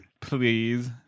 Please